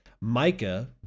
MICA